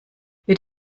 wird